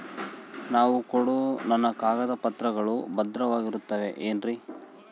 ನಾನು ಕೊಡೋ ನನ್ನ ಕಾಗದ ಪತ್ರಗಳು ಭದ್ರವಾಗಿರುತ್ತವೆ ಏನ್ರಿ?